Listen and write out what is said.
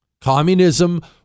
Communism